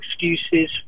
excuses